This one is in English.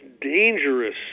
dangerous